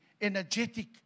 energetic